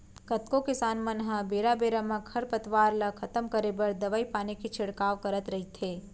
कतको किसान मन ह बेरा बेरा म खरपतवार ल खतम करे बर दवई पानी के छिड़काव करत रइथे